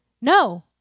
No